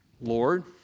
Lord